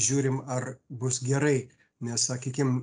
žiūrim ar bus gerai nes sakykim